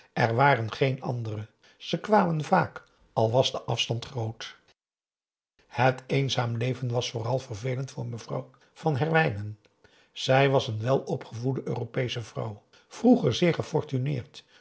er waren geen andere ze kwamen vaak al was de afstand groot het eenzaam leven was vooral vervelend voor mevrouw van herwijnen zij was een welopgevoede europeesche vrouw vroeger zeer